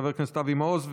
לחבר הכנסת אבי מעוז.